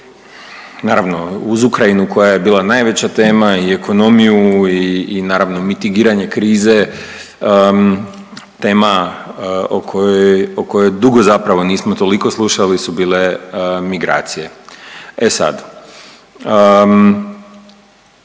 naravno uz Ukrajinu koja je bila najveća tema i ekonomiju i naravno mitigiranje krize tema o kojoj dugo zapravo nismo toliko slušali su bile migracije. E sad,